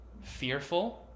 fearful